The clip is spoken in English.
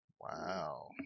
Wow